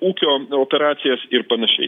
ūkio operacijas ir panašiai